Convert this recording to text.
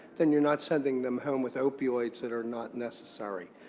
then you're not sending them home with opioids that are not necessary.